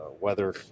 weather